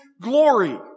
glory